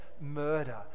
murder